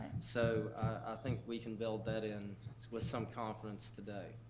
so i think we can build that in with some confidence today.